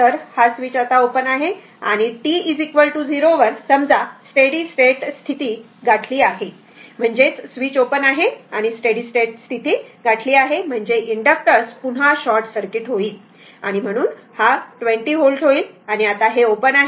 तर हा स्विच आता ओपन आहे आणि t 0 वर समजा स्टेडी स्टेट स्तिती गाठली आहे म्हणजेच स्विच ओपन आहे आणि स्टेडी स्टेट स्थिती गाठली आहे म्हणजे इंडक्टर्स पुन्हा शॉर्ट सर्किट होईल म्हणून हा 20 व्होल्ट होईल आणि आता हे ओपन आहे